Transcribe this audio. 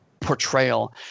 portrayal